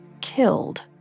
killed